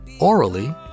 orally